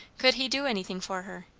could he do anything for her?